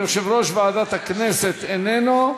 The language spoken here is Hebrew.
יושב-ראש ועדת הכנסת איננו,